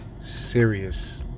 serious